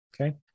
Okay